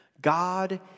God